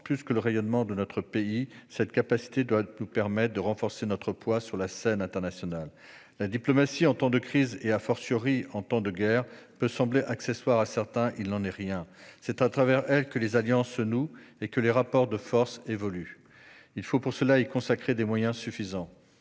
Plus que le rayonnement de notre pays, cette capacité doit nous permettre de renforcer notre poids sur la scène internationale. La diplomatie, en temps de crise, et en temps de guerre, peut sembler accessoire à certains ; il n'en est rien. C'est à travers elle que les alliances se nouent et que les rapports de force évoluent, à condition d'y consacrer des moyens suffisants.